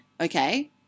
okay